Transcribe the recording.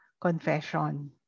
confession